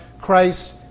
Christ